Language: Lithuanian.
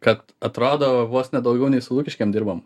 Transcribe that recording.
kad atrodo vos ne daugiau nei su lukiškėm dirbom